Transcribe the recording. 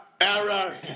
Error